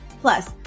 Plus